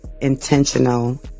intentional